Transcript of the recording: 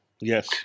Yes